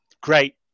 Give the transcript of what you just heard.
great